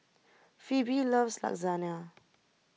Phoebe loves Lasagna